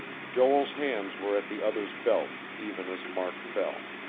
joel's hands were at the other's belt, even as mark fell.